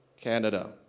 Canada